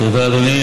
תודה, אדוני.